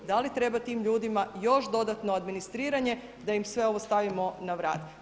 Da li treba tim ljudima još dodatno administriranje da im sve ovo stavimo na vrat?